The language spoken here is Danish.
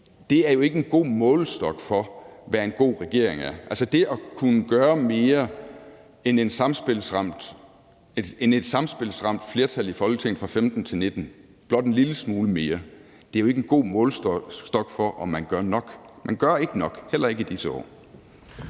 – er jo ikke en god målestok for, hvad en god regering er. Altså, det at kunne gøre mere end et samspilsramt flertal i Folketinget fra 2015 til 2019, blot en lille smule mere, er jo ikke en god målestok for, om man gør nok. Man gør ikke nok, heller ikke i disse år.